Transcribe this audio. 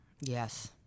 Yes